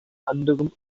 anderem